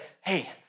hey